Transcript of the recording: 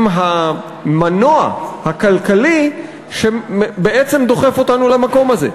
המנוע הכלכלי שדוחף אותנו למקום הזה.